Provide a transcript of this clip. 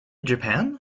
japan